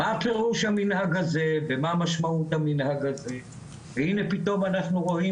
מה פירוש המנהג הזה ומה משמעות המנהג הזה והנה פתאום אנחנו רואים